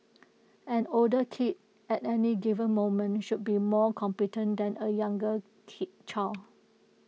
an older kid at any given moment should be more competent than A younger kid child